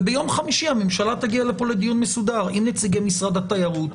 וביום חמישי הממשלה תגיע לפה לדיון מסודר עם נציגי משרד התיירות,